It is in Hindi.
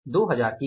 2000 किलो